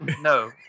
No